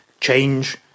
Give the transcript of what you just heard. change